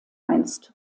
einst